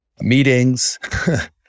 meetings